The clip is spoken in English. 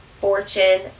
fortune